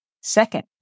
Second